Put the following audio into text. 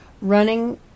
running